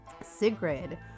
Sigrid